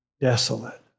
desolate